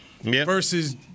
versus